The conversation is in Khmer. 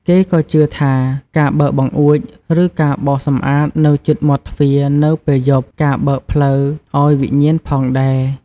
គេក៏ជឿថា ការបើកបង្អួច ឬការបោសសំអាតនៅជិតមាត់់ទ្វារនៅពេលយប់ ការបើកផ្លូវឱ្យវិញ្ញាណផងដែរ។